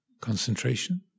concentration